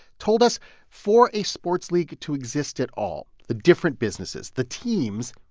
told us for a sports league to exist at all, the different businesses, the teams,